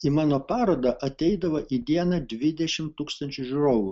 į mano parodą ateidavo į dieną dvidešimt tūkstančių žiūrovų